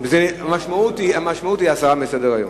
והמשמעות היא הסרה מסדר-היום.